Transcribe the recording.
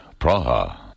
Praha